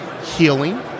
healing